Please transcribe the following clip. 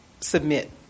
submit